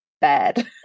bad